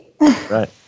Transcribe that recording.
Right